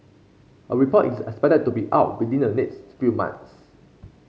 a report is expected to be out within the next few months